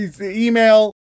email